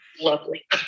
lovely